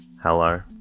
Hello